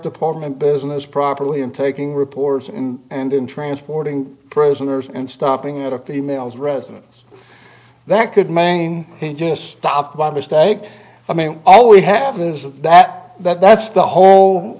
department business properly in taking reports in and in transporting prisoners and stopping at a female's residence that could main stopped by mistake d i mean all we have is that that's the whole